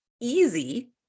easy